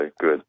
good